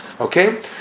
Okay